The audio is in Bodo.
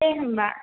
दे होनबा